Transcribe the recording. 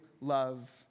love